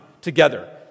together